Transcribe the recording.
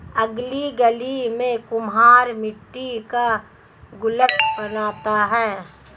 अगली गली में कुम्हार मट्टी का गुल्लक बनाता है